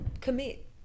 commit